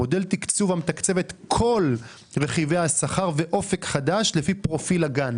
מודל תקצוב המתקצב את כל רכיבי השכר באופק חדש לפי פרופיל הגן.